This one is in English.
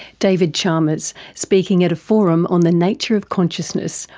david chalmers speaking at a forum on the nature of consciousness,